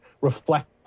reflect